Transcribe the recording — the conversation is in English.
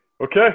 Okay